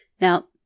Now